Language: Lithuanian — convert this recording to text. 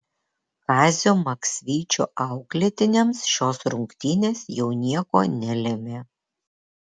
kazio maksvyčio auklėtiniams šios rungtynės jau nieko nelėmė